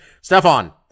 Stefan